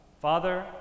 Father